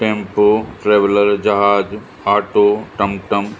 tempo traveller जहाज auto टमटम